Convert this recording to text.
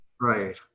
Right